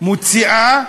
מוציאה